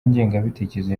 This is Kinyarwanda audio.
ingengabitekerezo